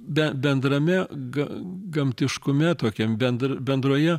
be bendrame ga gamtiškume tokiam bendr bendroje